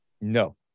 No